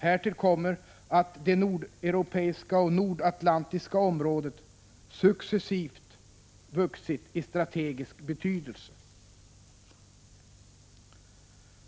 Härtill kommer att det nordeuropeiska och nordatlantiska området successivt vuxit i strategisk betydelse.